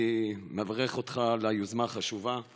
אני מברך אותך על היוזמה החשובה.